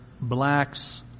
blacks